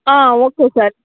okay sir